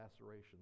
laceration